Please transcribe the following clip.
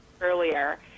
earlier